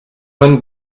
man